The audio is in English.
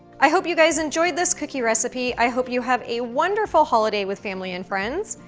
i hope you guys enjoyed this cookie recipe, i hope you have a wonderful holiday with family and friends,